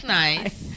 nice